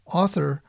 author